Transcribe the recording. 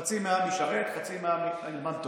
שחצי מהעם ישרת, חצי מהעם ילמד תורה,